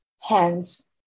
hands